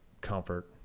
comfort